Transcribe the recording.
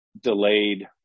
delayed